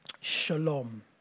Shalom